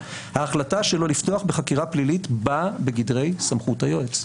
ההחלטה שלו לפתוח בחקירה פלילית באה בגדרי סמכות היועץ.